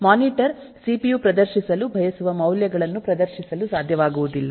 monitor CPU ಪ್ರದರ್ಶಿಸಲು ಬಯಸುವ ಮೌಲ್ಯಗಳನ್ನು ಪ್ರದರ್ಶಿಸಲು ಸಾಧ್ಯವಾಗುವುದಿಲ್ಲ